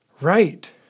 right